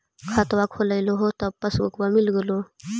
खतवा खोलैलहो तव पसबुकवा मिल गेलो?